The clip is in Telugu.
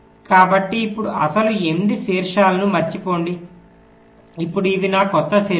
కాబట్టి ఇప్పుడు అసలు 8 శీర్షాలను మరచిపోండి ఇప్పుడు ఇవి నా కొత్త శీర్షాలు